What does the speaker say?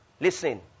Listen